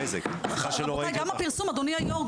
גם הפרסום אדוני היו"ר,